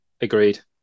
agreed